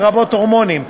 לרבות הורמונים,